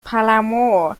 palermo